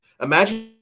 Imagine